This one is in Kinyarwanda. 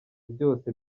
byose